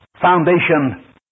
foundation